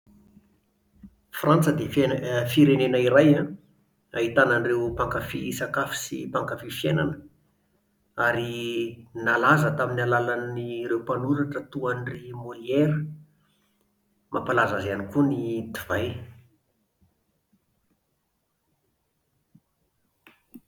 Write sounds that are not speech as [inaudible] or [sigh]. Frantsa dia fiain-firenena iray an, ahitana ireo mpankafy sakafo sy mpankafy fiainana, ary [hesitation] nalaza tamin'ny alàlan'ny [hesitation] ireo mpanoratra toa an-dry Molière. Mampalaza azy ihany koa ny divay